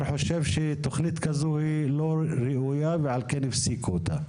חושב שתוכנית כזו היא לא ראויה ועל כן הפסיקו אותה.